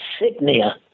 insignia